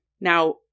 Now